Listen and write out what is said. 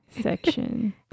section